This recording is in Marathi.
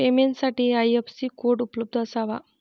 पेमेंटसाठी आई.एफ.एस.सी कोड उपलब्ध असावा